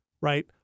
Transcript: right